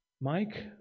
Mike